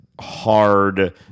hard